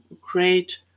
great